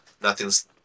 nothing's